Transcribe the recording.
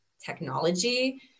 technology